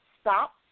stop